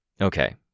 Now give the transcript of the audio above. Okay